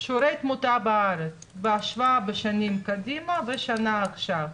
שיעורי התמותה בארץ בהשוואה לשנים קדימה ולשנה הנוכחית.